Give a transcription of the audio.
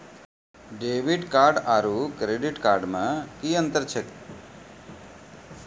Debit card आरू credit card मे कि अन्तर छैक?